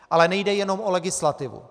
Ale nejde jenom o legislativu.